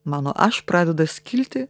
mano aš pradedu skilti